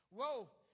Whoa